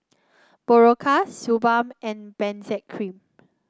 Berocca Suu Balm and Benzac Cream